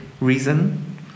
reason